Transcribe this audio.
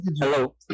Hello